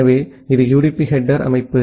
எனவே இது UDP header அமைப்பு